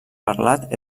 parlat